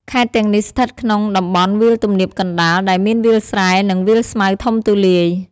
ខេត្តទាំងនេះស្ថិតនៅក្នុងតំបន់វាលទំនាបកណ្តាល ដែលមានវាលស្រែ និងវាលស្មៅធំទូលាយ។